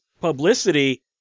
publicity